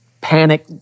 panic